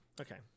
Okay